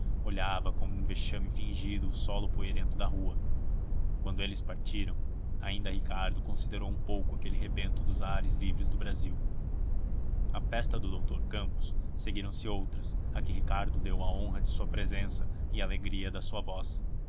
olhava com um vexame fingido o solo poeirento da rua quando eles partiram ainda ricardo considerou um pouco aquele rebento dos ares livres do brasil à festa do doutor campos seguiram-se outras a que ricardo deu a honra de sua presença e a alegria da sua voz